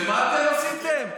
ומה אתם עשיתם?